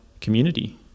community